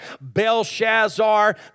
Belshazzar